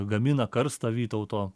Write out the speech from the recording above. gamina karstą vytauto